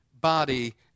body